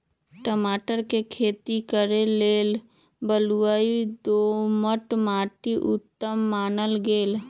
टमाटर कें खेती करे लेल बलुआइ दोमट माटि उत्तम मानल गेल